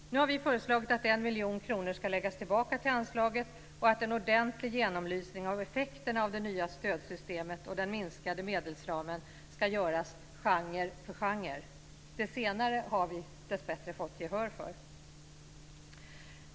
Nu har vi föreslagit att 1 miljon kronor ska läggas tillbaka till anslaget och att en ordentlig genomlysning av effekterna av det nya stödsystemet och den minskade medelsramen ska göras genre för genre. Det senare har vi dessbättre fått gehör för.